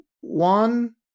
one